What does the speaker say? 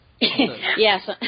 Yes